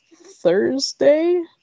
Thursday